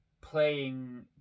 playing